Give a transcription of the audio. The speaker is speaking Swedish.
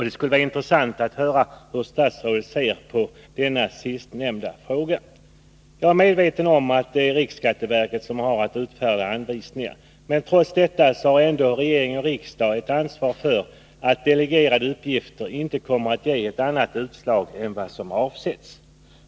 Det skulle vara intressant att höra hur statsrådet ser på den Jag är medveten om att det är riksskatteverket som har att utfärda anvisningar, men trots detta har regering och riksdag ett ansvar för att delegerade uppgifter inte ger ett annat utslag än vad som har avsetts.